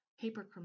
paper